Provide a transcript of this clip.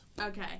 Okay